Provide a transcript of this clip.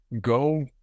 go